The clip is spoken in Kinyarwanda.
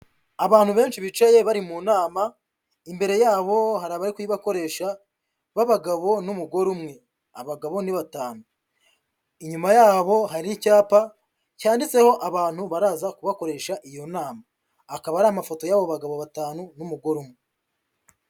Abantu benshi bicaye bari mu nama, imbere yabo hari abari kuyibakoresha b'abagabo n'umugore umwe, abagabo ni batanu, inyuma yabo hari icyapa cyanditseho abantu baraza kubakoresha iyo nama, akaba ari amafoto y'abo bagabo batanu n'umugore umwe.